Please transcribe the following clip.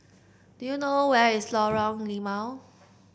do you know where is Lorong Limau